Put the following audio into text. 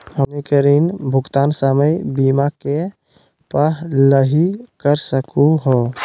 हमनी के ऋण भुगतान समय सीमा के पहलही कर सकू हो?